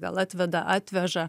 gal atveda atveža